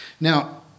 Now